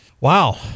Wow